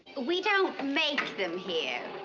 we don't make them here.